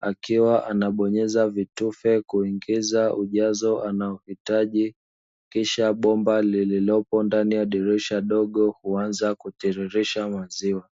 akiwa anabonyeza vitufe kuingiza ujazo anaohitaji kisha bomba lililopo ndani ya dirisha dogo huanza kutiririsha maziwa.